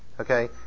okay